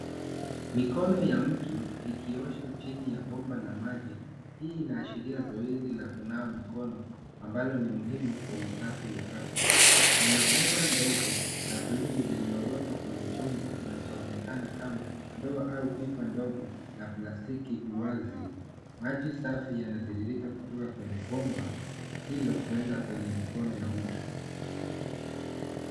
Mikono ya mtu ikioshwa chini ya bomba la maji. Hii inashiria zoezi la kunawa mikono ambalo ni muhimu kwa usafi wa afya. Kuna bomba ndogo la bluu lililowekwa kwenye chombo kinachoonekana kama ndoo au pipa ndogo la plastiki uwazi. Maji safi yanatiririka kutoka kwenye bomba hilo kuenda kwenye mikono ya mtu.